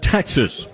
Texas